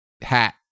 hat